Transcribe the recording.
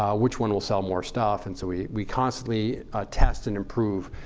um which one will sell more stuff? and so we we constantly test and improve.